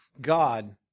God